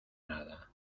nada